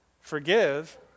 Forgive